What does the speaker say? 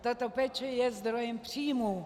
Tato péče je zdrojem příjmů.